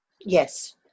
Yes